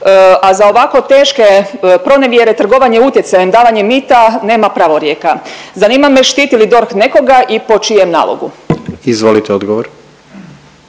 a za ovako teške pronevjere trgovanje utjecajem, davanje mita nema pravorijeka? Zanima me štitili li DORH nekoga i po čijem nalogu? **Jandroković,